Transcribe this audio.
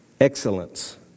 excellence